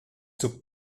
took